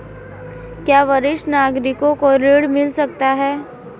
क्या वरिष्ठ नागरिकों को ऋण मिल सकता है?